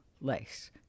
Lace